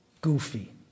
goofy